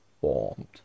formed